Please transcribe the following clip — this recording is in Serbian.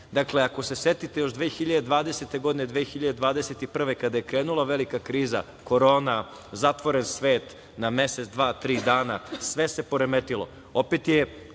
drugačije. Ako se setite, još 2020. godine, 2021, kada je krenula velika kriza, korona, zatvoren svet na mesec, dva, tri, sve se poremetilo.